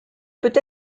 peut